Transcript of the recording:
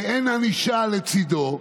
ואין ענישה לצידו,